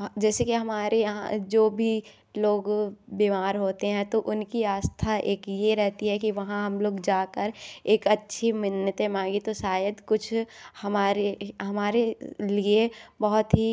ह जैसे कि हमारे यहाँ जो भी लोग बीमार होते हैं तो उनकी आस्था एक यह रहती है कि वहाँ हम लोग जा कर एक अच्छी मन्नतें मांगी तो शायद कुछ हमारे हमारे लिए बहुत ही